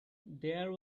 there